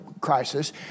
Crisis